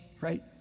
right